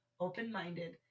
open-minded